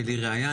ולראיה,